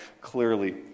clearly